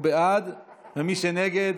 הוא בעד, ומי שנגד,